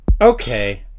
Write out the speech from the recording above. Okay